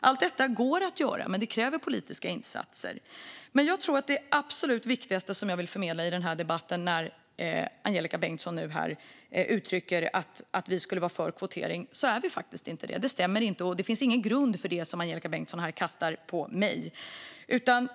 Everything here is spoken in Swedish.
Allt detta går att göra, men det kräver politiska insatser. Det absolut viktigaste som jag vill förmedla i den här debatten där Angelika Bengtsson uttrycker att vi skulle vara för kvotering är att vi faktiskt inte är det. Det stämmer inte; det finns ingen grund för det som Angelika Bengtsson här kastar på mig.